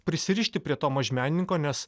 prisirišti prie to mažmenininko nes